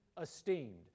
esteemed